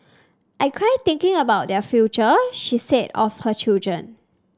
I cry thinking about their future she said of her children